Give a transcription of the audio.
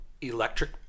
electric